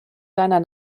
deiner